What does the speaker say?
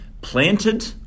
planted